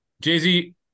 Jay-Z